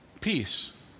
Peace